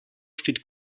steht